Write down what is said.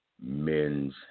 Men's